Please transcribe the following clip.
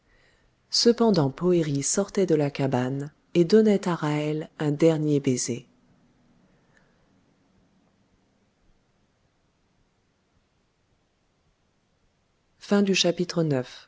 cependant poëri sortait de la cabane et donnait à ra'hel un dernier baiser